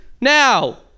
Now